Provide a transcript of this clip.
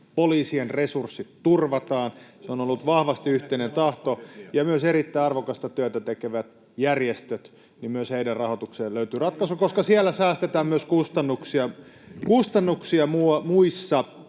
poliisien resurssit turvataan. Se on ollut vahvasti yhteinen tahto. Myös erittäin arvokasta työtä tekevien järjestöjen rahoitukseen löytyi ratkaisu, koska siellä säästetään myös kustannuksia muissa